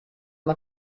mar